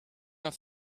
off